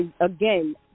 again